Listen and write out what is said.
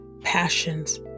passions